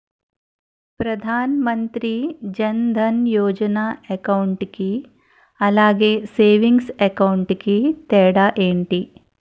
Pradhan Mantri Jan Dhan Yojana account కి అలాగే savings account కి తేడా ఏంటి?